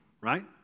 right